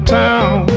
town